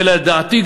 ולדעתי,